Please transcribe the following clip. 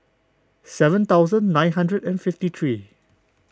seven thousand nine hundred and fifty three